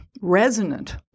resonant